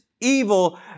evil